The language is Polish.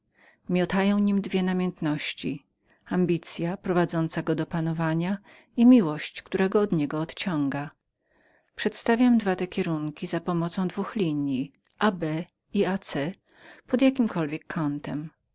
miotają nim dwie namiętności ambicya prowadząca go do panowania i miłość która go od niego odciąga przedstawiam dwa te kierunki za pomocą dwóch linji ab i ac pod jakimkolwiek kątem